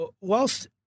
whilst